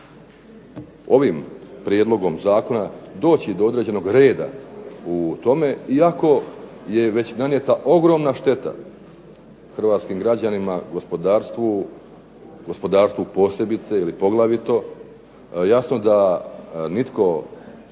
ovim prijedlogom zakona doći do određenog reda u tome, iako je već nanijeta ogromna šteta hrvatskim građanima, gospodarstvu, gospodarstvu posebice ili poglavito. Jasno da nitko, kako